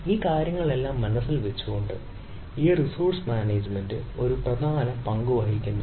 ഈ കാര്യങ്ങളെല്ലാം മനസ്സിൽ വച്ചുകൊണ്ട് ഈ റിസോഴ്സ് മാനേജ്മെന്റ് ഒരു പ്രധാന പങ്ക് വഹിക്കുന്നു